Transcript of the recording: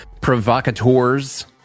provocateurs